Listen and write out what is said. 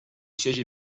siège